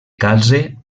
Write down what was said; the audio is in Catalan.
calze